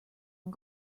usb